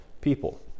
people